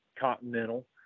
Continental